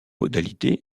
modalités